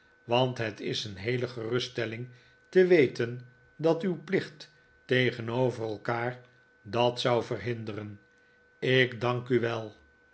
want het is een heele geruststelling te weten dat uw plicht tegenover elkaar dat zou verhinderen ik dank u wel